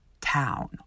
town